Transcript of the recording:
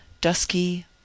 dusky